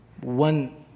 One